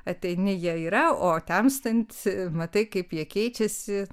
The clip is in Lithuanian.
ateini jie yra o temstant matai kaip jie keičiasi